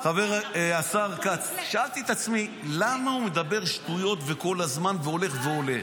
השר כץ, מדבר שטויות וכל הזמן הולך ועולה?